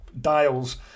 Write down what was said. dials